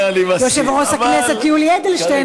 זה אני מסכים,